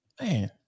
man